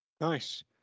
Nice